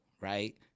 right